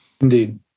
Indeed